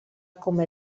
come